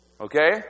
Okay